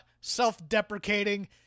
self-deprecating